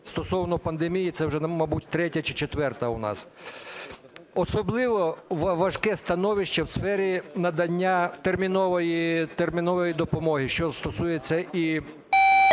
стосовно пандемії це вже мабуть третя чи четверта у нас. Особливо важке становище у сфері надання термінової допомоги, що стосується і